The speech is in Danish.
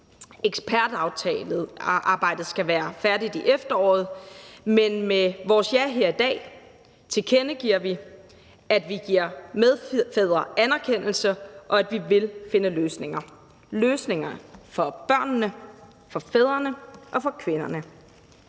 Ekspertarbejdet skal være færdigt i efteråret, men med vores ja her i dag tilkendegiver vi, at vi giver medfædre anerkendelse, og at vi vil finde løsninger – løsninger for børnene, for fædrene og for kvinderne.